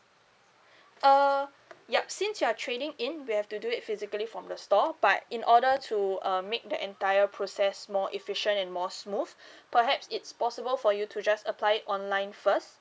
uh yup since you are trading in we have to do it physically from the store but in order to uh make the entire process more efficient and more smooth perhaps it's possible for you to just apply online first